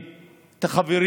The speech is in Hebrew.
את הילדים, את החברים